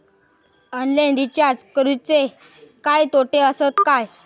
Online recharge करुचे काय तोटे आसत काय?